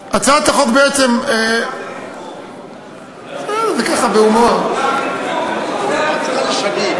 הצעת החוק בעצם, השאלה היא מה זה רקוב.